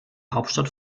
hauptstadt